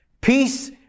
Peace